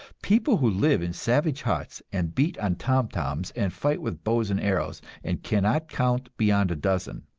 people who live in savage huts and beat on tom-toms and fight with bows and arrows and cannot count beyond a dozen